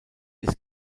ist